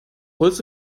holst